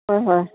হয় হয়